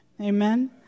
Amen